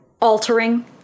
altering